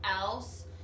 else